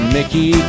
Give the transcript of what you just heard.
Mickey